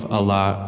Allah